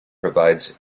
provides